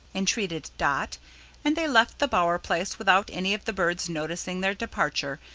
entreated dot and they left the bower place without any of the birds noticing their departure,